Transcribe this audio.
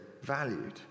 valued